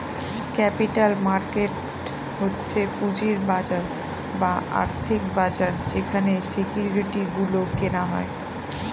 capital market হচ্ছে পুঁজির বাজার বা আর্থিক বাজার যেখানে সিকিউরিটি গুলো কেনা হয়